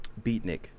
beatnik